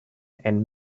and